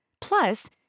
Plus